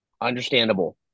Understandable